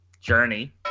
journey